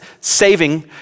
saving